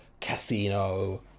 casino